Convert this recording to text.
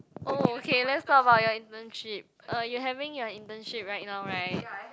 oh okay let's talk about your internship uh you're having your internship right now right